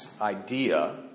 idea